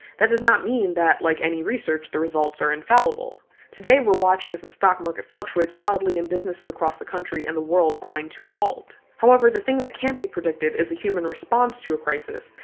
that does not mean that, like any research, the results are infallible. today we're watching as the stock market fluctuates wildly and businesses across the country and the world grind to a halt. however the thing that can't be predicted is the human response to a crisis,